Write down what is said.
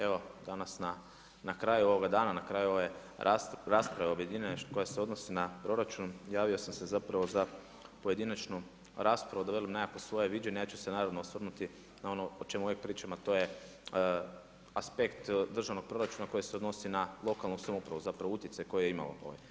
Evo danas na kraju ovoga dana, na kraju ove rasprave objedinjene koja se odnosi na proračun javio sam se zapravo za pojedinačnu raspravu da velim nekakvo svoje viđenje, ja ću se naravno osvrnuti na ono o čemu uvijek pričam a to je aspekt državnog proračuna koji se odnosi na lokalnu samoupravu, zapravo utjecaj koji je imalo.